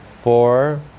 four